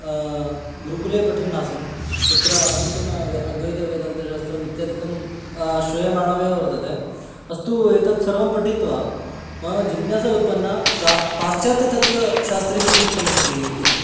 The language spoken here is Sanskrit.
गुरुकुले पठन् आसम् तत्र आधिक्येन वे अद्वैतवेदन्तशास्त्रम् इत्यादिकं श्रूयमाणमेव वर्तते अस्तु एतत् सर्वं पठित्वा मम जिज्ञासा उत्पन्ना प्रा पाश्चात्यतत्त्वशास्त्रे किम् उक्तमस्ति इति